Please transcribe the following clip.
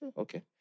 Okay